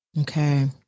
Okay